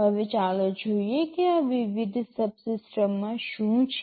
હવે ચાલો જોઈએ કે આ વિવિધ સબસિસ્ટમ્સમાં શું છે